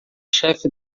chefe